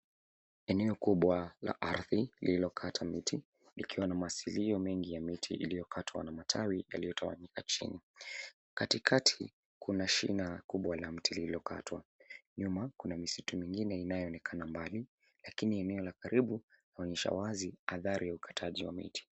Eneo kubwa la ardhi, lililokata miti ,likiwa na masaliao mengi ya miti iliyokatwa na matawi yaliyotawanyika chini. Katikati, kuna shina kubwa la mti lililokatwa, nyuma kuna misitu mingine inayoonekana mbali, lakini eneo la karibu, linaonyesha wazi, athari ya ukataji wa miti.